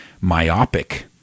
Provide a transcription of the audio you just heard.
myopic